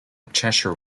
cheshire